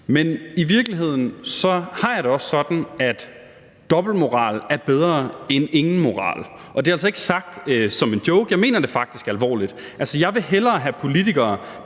Men i virkeligheden har jeg det også sådan, at dobbeltmoral er bedre end ingen moral, og det er altså ikke sagt som en joke, jeg mener det faktisk alvorligt. Altså, jeg vil hellere have politikere,